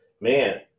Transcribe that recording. Man